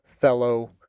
fellow